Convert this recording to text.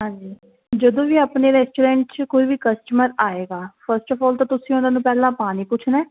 ਹਾਂਜੀ ਜਦੋਂ ਵੀ ਆਪਣੇ ਰੈਸਟੋਰੈਂਟ 'ਚ ਕੋਈ ਵੀ ਕਸਟਮਰ ਆਏਗਾ ਫਸਟ ਆਫ ਆਲ ਤਾਂ ਤੁਸੀਂ ਉਹਨਾਂ ਨੂੰ ਪਹਿਲਾਂ ਪਾਣੀ ਪੁੱਛਣਾ